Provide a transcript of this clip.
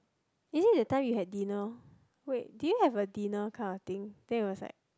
is it that time you had dinner wait do you have a dinner kind of thing then he was like